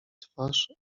twarz